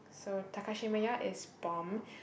so Takashimaya is bomb